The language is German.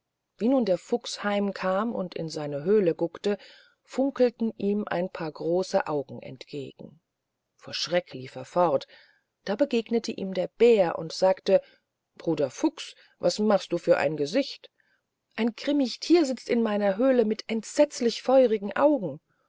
wie nun der fuchs heim kam und in seine höhle guckte funkelten ihm ein paar große augen entgegen vor schrecken lief er fort da begegnete ihm der bär und sagte bruder fuchs was machst du für ein gesicht ein grimmig thier sitzt in meiner höhle mit entsetzlichen feurigen augen